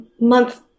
month